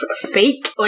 fake